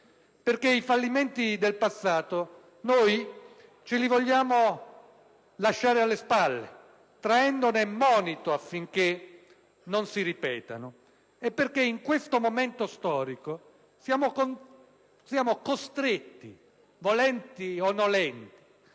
I fallimenti del passato ce li vogliamo lasciare alle spalle, traendone monito affinché non si ripetano. Perché in questo momento storico siamo costretti - volenti o nolenti